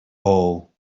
all